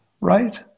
right